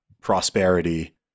prosperity